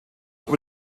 über